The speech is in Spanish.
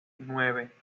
nueve